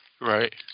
Right